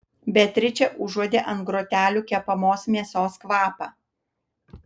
beatričė užuodė ant grotelių kepamos mėsos kvapą